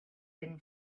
been